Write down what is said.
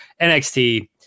NXT